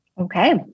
Okay